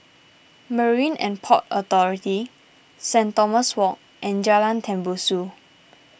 Marine and Port Authority Saint Thomas Walk and Jalan Tembusu